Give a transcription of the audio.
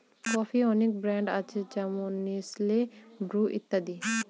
কফির অনেক ব্র্যান্ড আছে যেমন নেসলে, ব্রু ইত্যাদি